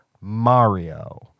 Mario